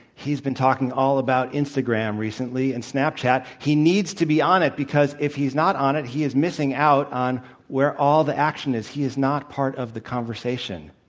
he's been talking all about instagram recently and snapchat. he needs to be on it because if he's not on it, he is missing out on where all the action is. he is not part of the conversation.